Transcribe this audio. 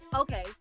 okay